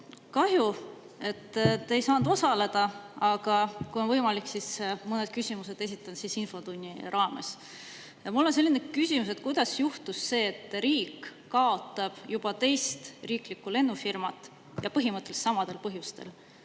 Kahju, et te ei saanud osaleda, aga kui on võimalik, siis esitan mõned küsimused infotunni raames. Mul on selline küsimus, et kuidas juhtus see, et riik kaotab juba teist riiklikku lennufirmat põhimõtteliselt samadel põhjustel: